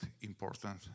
Important